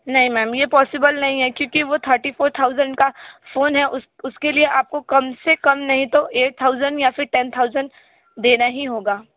नहीं मैम ये पॉसिबल नहीं है क्योंकि वो थर्टी फोर थॉज़ेंट का फ़ोन है उसके लिए आपको कम से कम नहीं तो एट थॉज़ेंट या फिर टेन थॉज़ेंट देना ही होगा